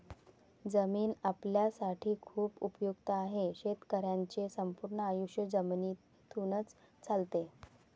जमीन आपल्यासाठी खूप उपयुक्त आहे, शेतकऱ्यांचे संपूर्ण आयुष्य जमिनीतूनच चालते